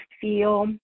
feel